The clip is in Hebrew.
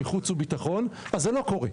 מחוץ וביטחון אז זה לא קורה.